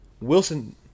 Wilson